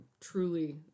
truly